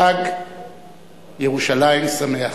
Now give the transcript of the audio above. חג ירושלים שמח.